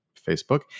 Facebook